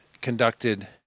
conducted